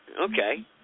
Okay